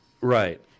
Right